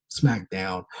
SmackDown